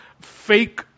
fake